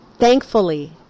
Thankfully